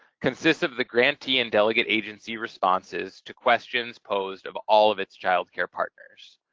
consists of the grantee and delegate agency responses to questions posed of all of its child care partners.